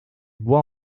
bois